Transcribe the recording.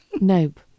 Nope